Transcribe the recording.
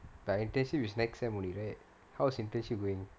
but internship is next semester only right how's internship going